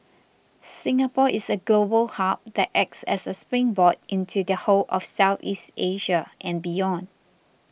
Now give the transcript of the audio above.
Singapore is a global hub that acts as a springboard into the whole of Southeast Asia and beyond